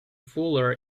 fuller